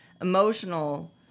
emotional